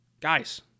Guys